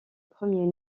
premiers